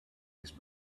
his